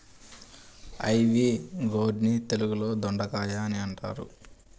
ivy gourd ని తెలుగులో దొండకాయ అని అంటారు